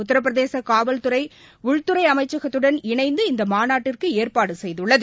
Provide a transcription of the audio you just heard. உத்தரப்பிரதேசகாவல்துறைஉள்துறைஅமைச்சகத்துடன் இணைந்து இந்தமாநாட்டிற்குஏற்பாடுசெய்துள்ளது